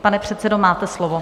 Pane předsedo, máte slovo.